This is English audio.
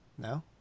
No